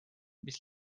mis